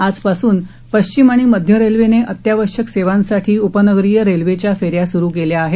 आजपासून पश्चिम आणि मध्य रेल्वेने अत्यावश्यक सेवांसाठी उपनगरीय रेल्वेच्या फेऱ्या सुरु केल्या आहेत